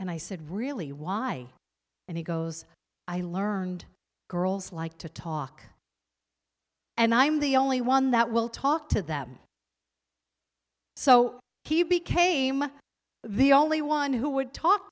and i said really why and he goes i learned girls like to talk and i'm the only one that will talk to them so he became the only one who would talk